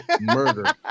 Murder